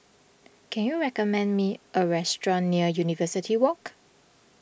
can you recommend me a restaurant near University Walk